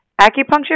acupuncture